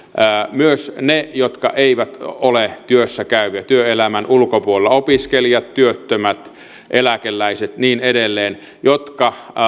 myös ne jotka eivät ole työssä käyviä jotka ovat työelämän ulkopuolella opiskelijat työttömät eläkeläiset ja niin edelleen jotka